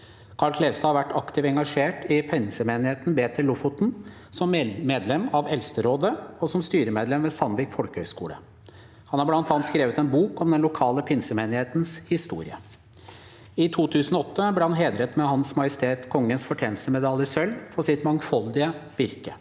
Karl Klevstad har vært aktiv og engasjert i pinsemenigheten Betel Lofoten, som medlem av eldsterådet, og som styremedlem ved Sandvik folkehøgskole. Han har bl.a. skrevet en bok om den lokale pinsemenighetens historie. I 2008 ble han hedret med Hans Majestet Kongens fortjenstmedalje i sølv for sitt mangfoldige virke.